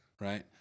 Right